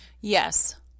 Yes